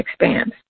expands